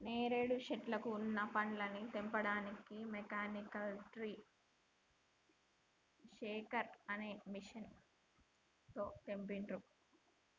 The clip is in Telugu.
నేరేడు శెట్లకు వున్న పండ్లని తెంపడానికి మెకానికల్ ట్రీ షేకర్ అనే మెషిన్ తో తెంపిండ్రు